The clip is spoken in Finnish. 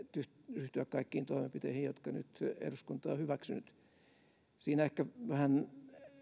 ryhtyä kaikkiin toimenpiteisiin jotka nyt eduskunta on on hyväksynyt siinä ehkä vähän